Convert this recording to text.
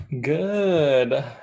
Good